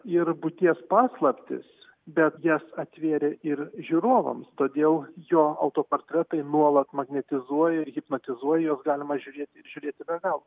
ir būties paslaptis bet jas atvėrė ir žiūrovams todėl jo autoportretai nuolat magnetizuoja hipnotizuoja juos galima žiūrėti ir žiūrėti be galo